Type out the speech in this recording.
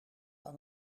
aan